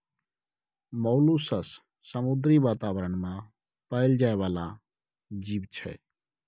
molluscs समुद्री बातावरण मे पाएल जाइ बला जीब छै